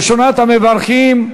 ראשונת המברכים,